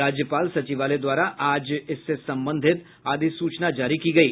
राज्यपाल सचिवालय द्वारा आज इससे संबंधित अधिसूचना जारी की गयी